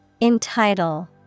Entitle